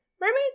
mermaids